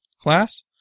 class